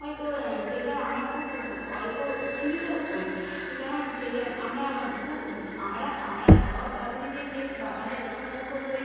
হয়তো সেইটা আমার খুব অল্প সীমিত করি এ কারণ সেইটা আমরা খু আমরা আমরা ঘরোয়া পদ্ধতিতেই যেহেতু বাগানের রক্ষণাবেক্ষণ করি